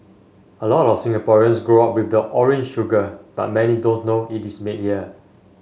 a lot of Singaporeans grow up with the orange sugar but many don't know it is made here